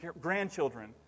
grandchildren